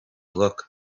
look